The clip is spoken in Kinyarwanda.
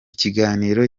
kiganiro